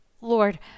Lord